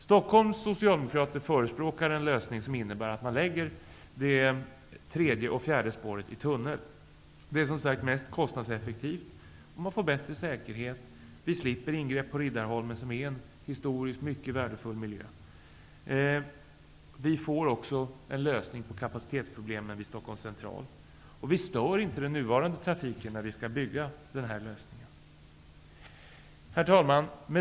Stockholms socialdemokrater förespråkar en lösning som innebär att man lägger det tredje och det fjärde spåret i tunnel. Det är som sagt mest kostnadseffektivt, och man får bättre säkerhet. Vi slipper ingrepp på Riddarholmen, som är en historiskt mycket värdefull miljö. Vi får också en lösning på kapacitetsproblemen vid Stockholms central. Med den lösningen stör vi inte den nuvarande trafiken. Herr talman!